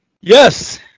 Yes